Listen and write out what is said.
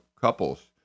couples